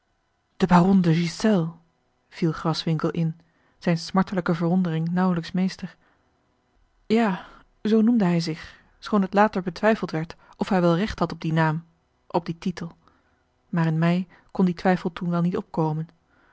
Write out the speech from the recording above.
de ghiselles viel graswinckel in zijne smartelijke verwondering nauwelijks meester ja zoo noemde hij zich schoon het later betwijfeld werd of hij wel recht had op dien naam op dien titel maar in mij kon die twijfel toen wel niet opkomen